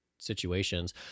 situations